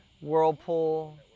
Whirlpool